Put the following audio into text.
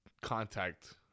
contact